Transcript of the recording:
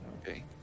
Okay